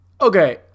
okay